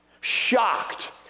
shocked